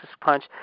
punch